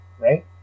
right